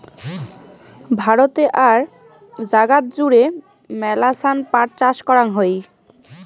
ভারতে আর জাগাত জুড়ে মেলাছান পাট চাষ করাং হই